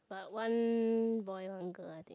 but one boy one girl I think